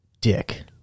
Dick